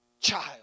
child